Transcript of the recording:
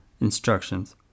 instructions